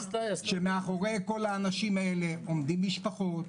שמאחורי כל האנשים האלה עומדות משפחות,